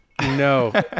No